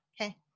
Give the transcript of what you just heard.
Okay